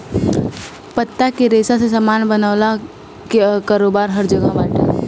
पत्ता के रेशा से सामान बनवले कअ कारोबार हर जगह बाटे